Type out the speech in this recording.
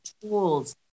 tools